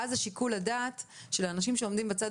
ואז יש שיקול דעת לאנשים שעומדים בצד